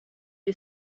you